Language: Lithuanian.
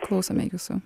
klausome jūsų